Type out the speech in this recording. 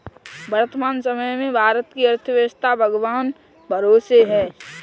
वर्तमान समय में भारत की अर्थव्यस्था भगवान भरोसे है